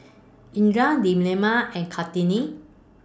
Indra Delima and Kartini